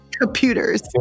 Computers